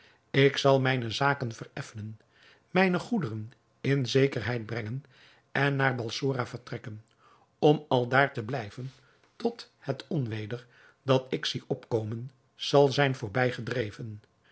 ik zal mijne zaken vereffenen mijne goederen in zekerheid brengen en naar balsora vertrekken om aldaar te blijven tot het onweder dat ik zie opkomen zal zijn voorbij